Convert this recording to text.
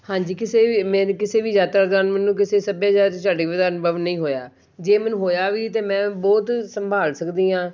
ਹਾਂਜੀ ਕਿਸੇ ਵੀ ਮੇਰੀ ਕਿਸੇ ਵੀ ਯਾਤਰਾ ਕਾਰਨ ਮੈਨੂੰ ਕਿਸੇ ਸੱਭਿਆਚਾਰ 'ਚ ਅਨੁਭਵ ਨਹੀਂ ਹੋਇਆ ਜੇ ਮੈਨੂੰ ਹੋਇਆ ਵੀ ਤਾਂ ਮੈਂ ਬਹੁਤ ਸੰਭਾਲ ਸਕਦੀ ਹਾਂ